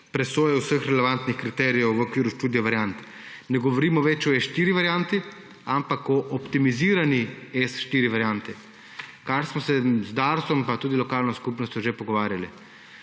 presoje vseh relevantnih kriterijev v okviru študije variant. Ne govorimo več o S4 varianti, ampak o optimizirani S4 varianti, o čemer smo se z Darsom pa tudi z lokalno skupnostjo že pogovarjali.